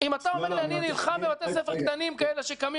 אם אתה אומר לי: אני נלחם בבתי ספר קטנים כאלה שקמים